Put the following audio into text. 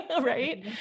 right